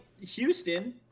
Houston